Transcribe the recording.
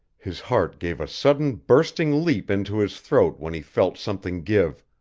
his heart gave a sudden bursting leap into his throat when he felt something give.